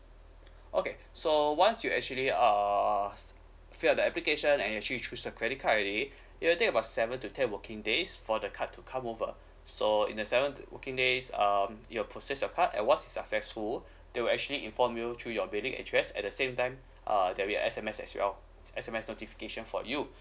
okay so once you actually uh fill the application and you actually choose a credit card already it will take about seven to ten working days for the card to come over so in the seven working days um your process of card if was successful they will actually inform you through your billing address at the same time uh they will S_M_S as well S_M_S notification for you